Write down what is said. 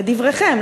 לדבריכם,